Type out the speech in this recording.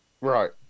Right